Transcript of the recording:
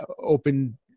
open